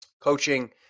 coaching